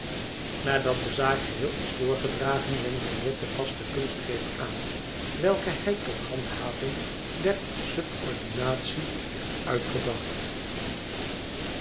nadat de zaak geheel is voorgedragen wendt bagnet de vaste kunstgreep aan welke hij tot handhaving der subordinatie heeft uitgedacht